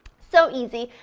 so easy,